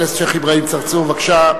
חבר הכנסת השיח' אברהים צרצור, בבקשה.